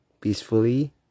peacefully